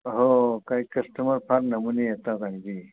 हो काही कस्टमर फार नमुने येतात अगदी